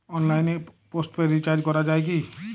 অনলাইনে postpaid recharge করা যায় কি?